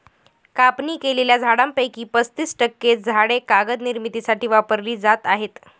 कापणी केलेल्या झाडांपैकी पस्तीस टक्के झाडे कागद निर्मितीसाठी वापरली जात आहेत